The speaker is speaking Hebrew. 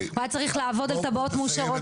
הוא היה צריך לעבוד על תב"עות מאושרות,